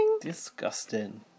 Disgusting